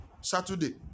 Saturday